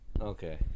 Okay